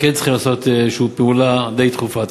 וכן צריכים לעשות איזושהי פעולה די דחופה.